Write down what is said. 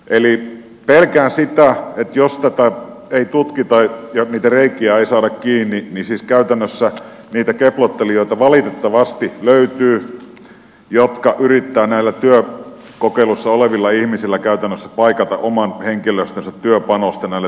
eli pelkään sitä että jos tätä ei tutkita ja niitä reikiä ei saada kiinni niin siis käytännössä niitä keplottelijoita valitettavasti löytyy jotka yrittävät näillä työkokeilussa olevilla ihmisillä käytännössä paikata oman henkilöstönsä työpanosta